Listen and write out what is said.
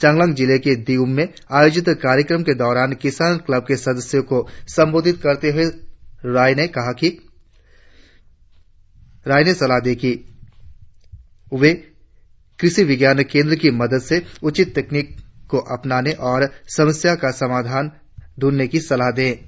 चांगलांग जिले के दीयुण में आयोजित कार्यक्रम के दौरान किसानों क्लबों के सदस्यों को संबोधित करते हुए रॉय ने किसानों को सलाह दी कि वे कृषि विज्ञान केंद्रों की मदद से उचित तकनीक को अपनाने और समस्याओं का समाधान ढ्रंढे की सलाह दी